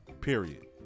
Period